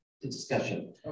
discussion